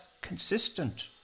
consistent